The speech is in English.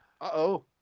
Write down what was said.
uh-oh